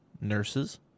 nurses